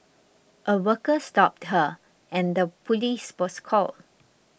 a worker stopped her and the police was called